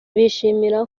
bishimira